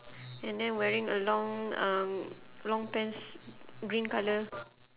and then wearing a long uh long pants green colour